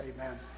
Amen